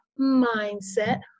mindset